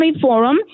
Forum